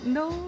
no